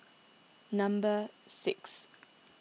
number six